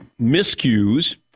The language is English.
miscues